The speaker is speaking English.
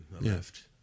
left